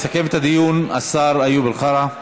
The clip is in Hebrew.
יסכם את הדיון השר איוב קרא.